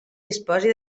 disposi